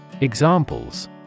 Examples